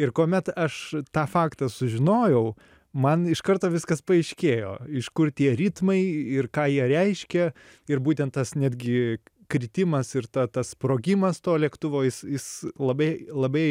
ir kuomet aš tą faktą sužinojau man iš karto viskas paaiškėjo iš kur tie ritmai ir ką jie reiškia ir būtent tas netgi kritimas ir ta tas sprogimas to lėktuvo jis jis labai labai